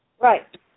Right